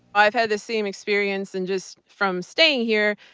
i've had the same experience, and just from staying here.